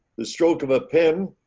the stroke of a pen,